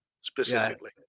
specifically